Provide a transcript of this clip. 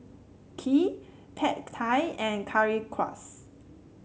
Kheer Pad Thai and Currywurst